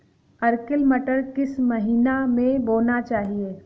Arkel मटर किस महीना में बोना चाहिए?